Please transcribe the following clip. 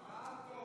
לוועדה שתקבע